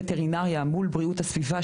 וטרינריה מול בריאות הסביבה,